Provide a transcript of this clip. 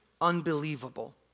unbelievable